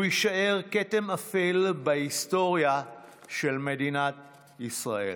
הוא יישאר כתם אפל בהיסטוריה של מדינת ישראל.